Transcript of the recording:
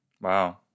Wow